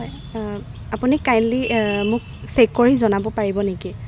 আপুনি কাইণ্ডলি মোক চেক কৰি জনাব পাৰিব নেকি